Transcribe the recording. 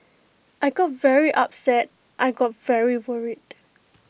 I got very upset I got very worried